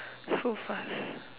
so fast